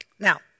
Now